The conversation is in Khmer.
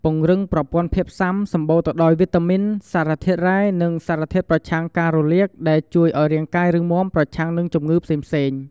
ពង្រឹងប្រព័ន្ធភាពស៊ាំ សម្បូរទៅដោយវីតាមីន សារធាតុរ៉ែ និងសារធាតុប្រឆាំងការរលាក ដែលជួយឲ្យរាងកាយរឹងមាំប្រឆាំងនឹងជំងឺផ្សេងៗ។